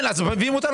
כן, אז מביאים את זה